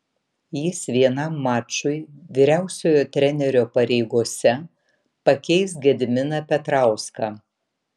jis vienam mačui vyriausiojo trenerio pareigose pakeis gediminą petrauską